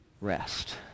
rest